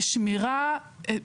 בשמירה עליהן.